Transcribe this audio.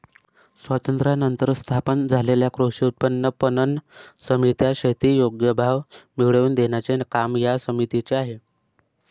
स्वातंत्र्यानंतर स्थापन झालेल्या कृषी उत्पन्न पणन समित्या, शेती योग्य भाव मिळवून देण्याचे काम या समितीचे आहे